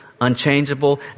unchangeable